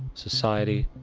society,